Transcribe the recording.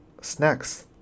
snacks